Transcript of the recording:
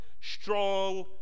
strong